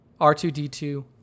R2D2